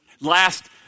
last